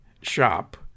shop